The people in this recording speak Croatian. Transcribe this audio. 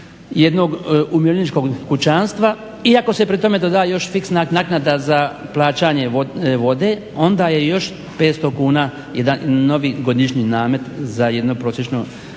jednog umirovljeničkog kućanstva. I ako se pri tome doda još fiksna naknada za plaćanje vode onda je još 500 kuna jedan novi godišnji namet za jednu prosječnu